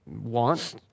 want